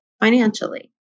financially